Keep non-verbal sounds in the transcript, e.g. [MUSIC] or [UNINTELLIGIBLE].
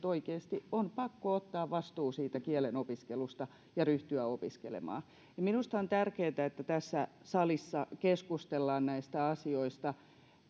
[UNINTELLIGIBLE] oikeasti on pakko ottaa vastuu siitä kielen opiskelusta ja ryhtyä opiskelemaan minusta on tärkeätä että tässä salissa keskustellaan näistä asioista